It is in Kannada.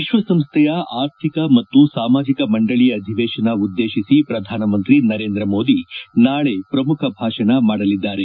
ವಿಶ್ವಸಂಸ್ಥೆ ಆರ್ಥಿಕ ಮತ್ತು ಸಾಮಾಜಿಕ ಮಂಡಳಿ ಅಧಿವೇಶನ ಉದ್ವೇಶಿಸಿ ಪ್ರಧಾನಮಂತ್ರಿ ನರೇಂದ್ರ ಮೋದಿ ನಾಳೆ ಪ್ರಮುಖ ಭಾಷಣ ಮಾಡಲಿದ್ದಾರೆ